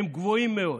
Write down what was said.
הם גבוהים מאוד.